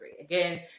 Again